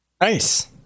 nice